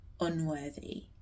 unworthy